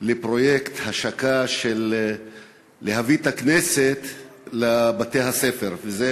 להשקה של פרויקט להבאת הכנסת לבתי-הספר, וזה